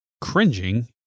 cringing